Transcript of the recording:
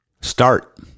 Start